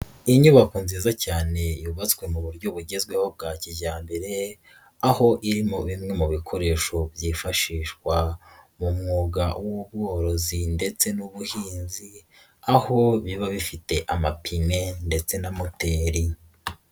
Inyubako nziza cyane yubatswe mu buryo bugezweho bwa kijyambere, aho irimo bimwe mu bikoresho byifashishwa mu mwuga w'ubworozi ndetse n'ubuhinzi aho biba bifite amapine ndetse na moteri.